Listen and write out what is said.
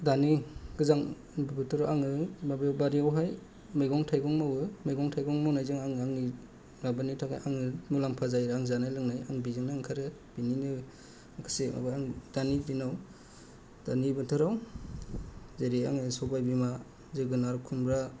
दायो गोजां बोथोर आङो माबा बारिआव हाय मैगं थाइगं मावो मैगं थाइगं मावनायजों आं आङो माबानि थाखाय मुलाम्फा जायो आं जानाय लोंनाय आं बेजोंनो ओंखारो बेनिनो एसे माबा दानि दिनाव दानि बोथोराव जेरै आङो सबाय बिमा जोगोनार खुमरा